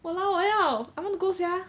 !walao! 我要 I want to go sia